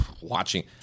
watching